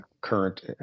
current